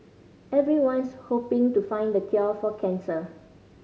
everyone's hoping to find the cure for cancer